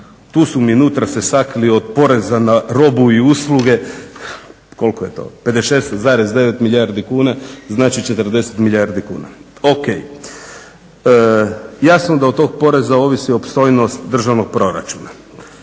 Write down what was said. Tu su mi nutra se sakrili od poreza na robu i usluge, koliko je to 56,9 milijardi kuna. Znači 40 milijardi kuna. O.k. Jasno da od tog poreza ovisi opstojnost državnog proračuna.